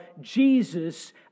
Jesus